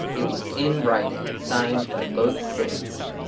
it was in writing, signed by both states.